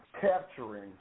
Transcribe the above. capturing